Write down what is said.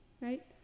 right